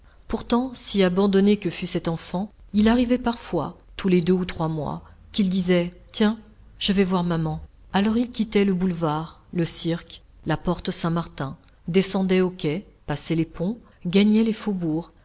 pourtant si abandonné que fût cet enfant il arrivait parfois tous les deux ou trois mois qu'il disait tiens je vais voir maman alors il quittait le boulevard le cirque la porte saint-martin descendait aux quais passait les ponts gagnait les faubourgs